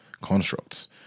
constructs